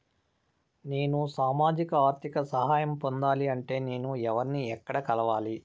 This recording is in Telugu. నేను సామాజిక ఆర్థిక సహాయం పొందాలి అంటే నేను ఎవర్ని ఎక్కడ కలవాలి?